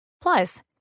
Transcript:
plus